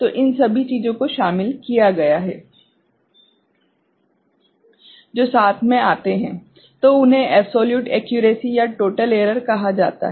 तो इन सभी चीजों को शामिल किया गया है जो साथ मे आते हैं तो उन्हें एब्सोल्यूट एक्यूरेसी या टोटल एरर कहा जाता है